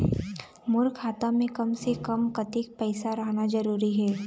मोर खाता मे कम से से कम कतेक पैसा रहना जरूरी हे?